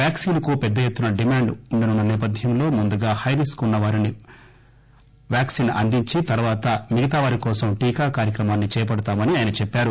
vaccine కు పెద్ద ఎత్తున డిమాండ్ ఉండనున్న నేపథ్యంలో ముందుగా హై రిస్క్ వున్న వారిని వాక్సిన్ను అందించి తర్వాత మిగతా వారికోసం టీకా కార్యక్రమాన్ని చేపడతామని ఆయన చెప్పారు